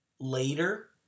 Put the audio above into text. later